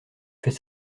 fais